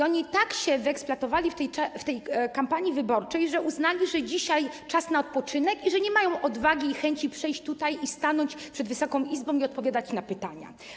Oni tak się wyeksploatowali w tej kampanii wyborczej, że uznali, iż dzisiaj czas na odpoczynek i nie mają odwagi i chęci przyjść tutaj i stanąć przed Wysoką Izbą, aby odpowiadać na pytania.